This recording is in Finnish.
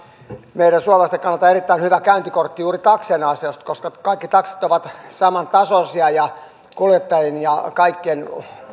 meidän suomalaisten kannalta erittäin hyvä käyntikortti juuri taksien ansiosta koska kaikki taksit ovat samantasoisia ja kuljettajien ja kaikkien